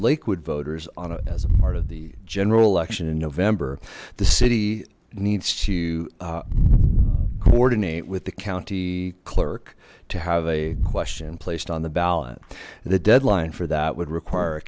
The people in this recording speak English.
lakewood voters on it as a part of the general election in november this he needs to coordinate with the county clerk to have a question placed on the ballot the deadline for that would require a